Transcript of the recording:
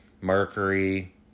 mercury